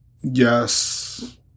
yes